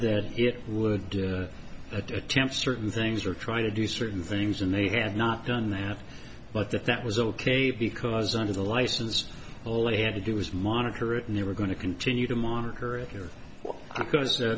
that he would do temp certain things or try to do certain things and they had not done that but that that was ok because under the license all they had to do was monitor it and they were going to continue to monitor it